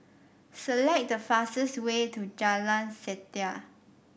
select the fastest way to Jalan Setia